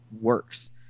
works